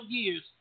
years